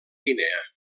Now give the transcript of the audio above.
guinea